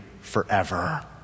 forever